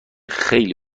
خیلی